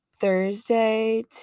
Thursday